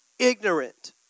Ignorant